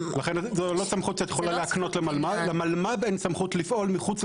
המודלי שפה שאנחנו מעבדים בבינה מלאכותית חזקים כמו